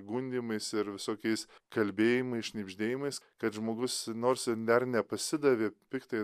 gundymais ir visokiais kalbėjimai šnibždėjimais kad žmogus nors dar nepasidavė piktai